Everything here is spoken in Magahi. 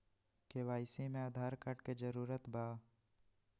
के.वाई.सी में आधार कार्ड के जरूरत बा?